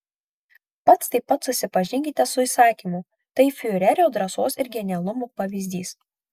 pats taip pat susipažinkite su įsakymu tai fiurerio drąsos ir genialumo pavyzdys